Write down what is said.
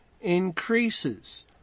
increases